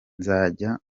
nzajya